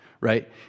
Right